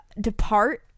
depart